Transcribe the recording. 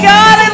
God